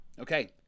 okay